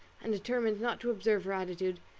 and determined not to observe her attitude,